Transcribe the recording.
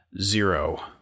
zero